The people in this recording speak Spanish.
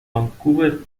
vancouver